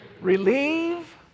relieve